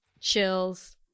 chills